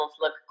look